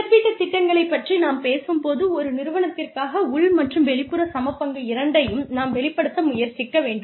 இழப்பீட்டுத் திட்டங்களைப் பற்றி நாம் பேசும்போது ஒரு நிறுவனத்திற்காக உள் மற்றும் வெளிப்புற சமபங்கு இரண்டையும் நாம் வெளிப்படுத்த முயற்சிக்க வேண்டும்